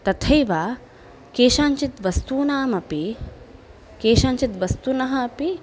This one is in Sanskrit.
तथैव केषाञ्चिद्वस्तूनामपि केषाञ्चिद्वस्तुनः अपि